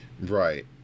Right